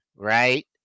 Right